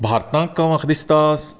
भारतांक म्हाका दिसता